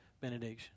benediction